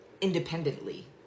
independently